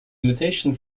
invitation